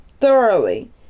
thoroughly